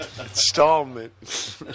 Installment